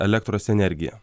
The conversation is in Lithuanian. elektros energiją